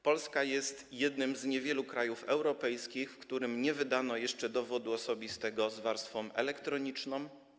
Polska jest jednym z niewielu krajów europejskich, w których nie wydano jeszcze dowodu osobistego z warstwą elektroniczną.